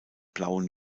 blauen